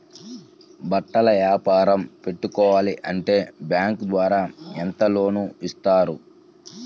బట్టలు వ్యాపారం పెట్టుకోవాలి అంటే బ్యాంకు ద్వారా ఎంత లోన్ ఇస్తారు?